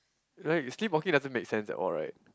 like you sleepwalking doesn't make sense at all right